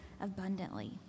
abundantly